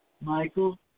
Michael